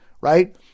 right